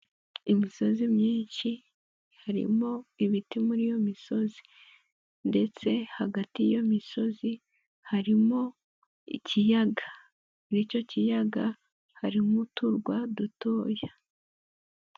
Imisozi myinshi harimo ibiti muri iyo misozi, ndetse hagati y'iyo misozi harimo ikiyaga, muri icyo kiyaga harimo uturwa dutoya.